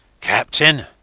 Captain